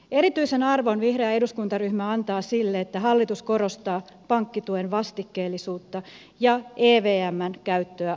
erityisen arvon vihreä eduskuntaryhmä antaa sille että hallitus korostaa pankkituen vastikkeellisuutta ja evmn käyttöä avustusohjelmiin